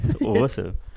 Awesome